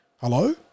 hello